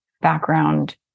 background